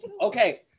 Okay